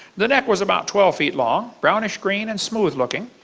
the neck was about twelve feet long, brownish green and smooth looking.